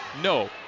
No